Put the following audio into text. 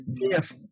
Yes